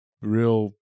real